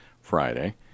Friday